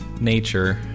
nature